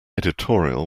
editorial